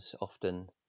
often